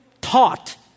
taught